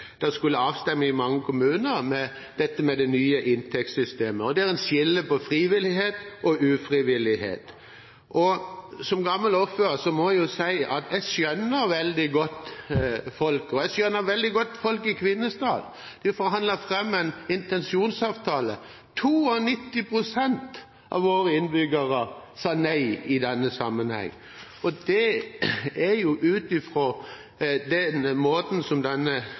skulle være avstemminger i mange kommuner, var det nye inntektssystemet der en skiller på frivillighet og ufrivillighet. Som gammel ordfører må jeg si at jeg skjønner folk veldig godt, og jeg skjønner veldig godt folk i Kvinesdal. De forhandlet fram en intensjonsavtale, men 92 pst. av våre innbyggere sa nei i denne sammenheng, og det kommer av den måten som